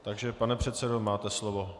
Takže pane předsedo, máte slovo.